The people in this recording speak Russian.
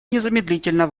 незамедлительно